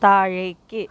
താഴേക്ക്